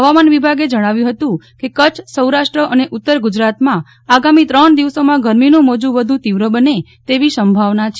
હવામાન વિભાગે જણાવ્યું છે કે કચ્છ સૌરાષ્ટ્ર અને ઉત્તર ગુજરાતમાં આગામી ત્રણ દિવસોમાં ગરમીનું મોજું વધુ તીવ્ર બને તેવી સંભાવના છે